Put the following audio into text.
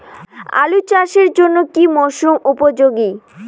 আলু চাষের জন্য কি মরসুম উপযোগী?